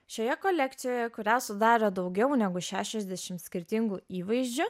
šioje kolekcijoje kurią sudarė daugiau negu šešiasdešim skirtingų įvaizdžių